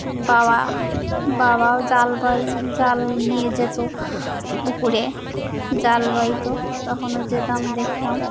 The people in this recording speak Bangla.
বাবা বাবা জাল বা জাল নিয়ে যেত পুকুরে জাল বাড়িত তখনও যেতাম দেখতাম